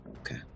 Okay